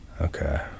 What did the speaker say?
Okay